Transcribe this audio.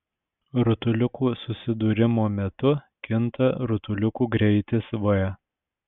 rutuliukų susidūrimo metu kinta rutuliukų greitis v